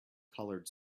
colored